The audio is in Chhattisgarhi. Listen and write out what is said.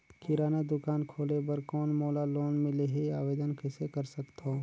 किराना दुकान खोले बर कौन मोला लोन मिलही? आवेदन कइसे कर सकथव?